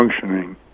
functioning